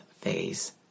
phase